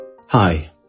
Hi